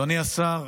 אדוני השר,